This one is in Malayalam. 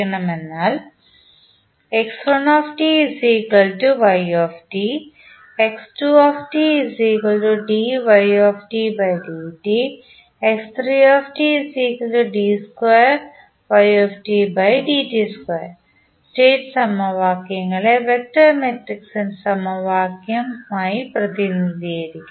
അതിനാൽ സ്റ്റേറ്റ് സമവാക്യങ്ങളെ വെക്റ്റർ മാട്രിക്സ് സമവാക്യം പ്രതിനിധീകരിക്കുന്നു